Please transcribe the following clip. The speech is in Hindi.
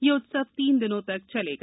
ये उत्सव तीन दिनों तक चलेगा